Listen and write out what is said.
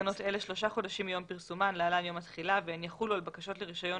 חודשים מיום פרסומן (להלן - יום התחילה) והן יחולו על בקשות לרישיון